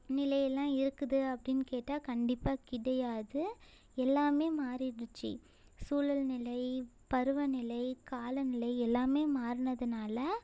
நிலையெல்லாம் இருக்குது அப்படின்னு கேட்டால் கண்டிப்பாக கிடையாது எல்லாமே மாறிடுச்சு சூழல்நிலை பருவநிலை காலநிலை எல்லாமே மாறுனதனால